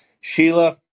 Sheila